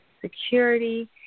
security